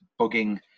bugging